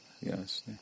yes